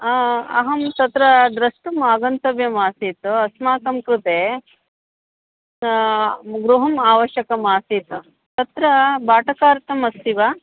अहं तत्र द्रष्टुम् आगन्तव्यम् आसीत् अस्माकं कृते गृहम् आवश्यकम् आसीत् तत्र भाटकार्थम् अस्ति वा